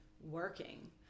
working